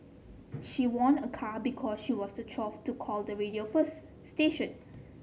she won a car because she was the twelfth to call the radio station